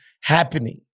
happening